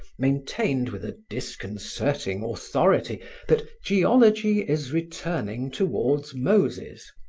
maintained with a disconcerting authority that geology is returning toward moses,